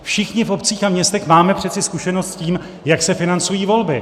Všichni v obcích a městech máme přece zkušenost s tím, jak se financují volby.